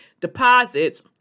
deposits